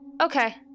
Okay